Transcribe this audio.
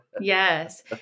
Yes